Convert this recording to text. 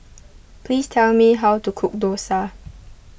please tell me how to cook Dosa